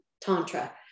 Tantra